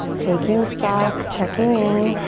taking stock, checking in.